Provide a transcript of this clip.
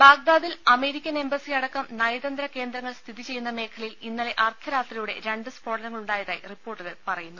ബാഗ്ദാദിൽ American embassy അടക്കം നയതന്ത്ര കേന്ദ്രങ്ങൾ സ്ഥിതിചെയ്യുന്ന മേഖലയിൽ ഇന്നലെ അർദ്ധരാത്രിയോടെ രണ്ട് സ്ഫോടനങ്ങളുണ്ടായ തായി റിപ്പോർട്ടുകൾ പറയുന്നു